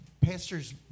Pastor's